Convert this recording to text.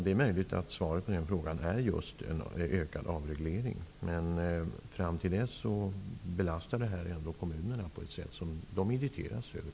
Det är möjligt att svaret på den frågan ligger i en ökad avreglering, men fram till att det blir så belastas kommunerna på ett sätt som de irriteras över.